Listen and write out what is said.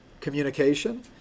communication